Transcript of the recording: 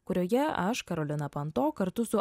kurioje aš karolina panto kartu su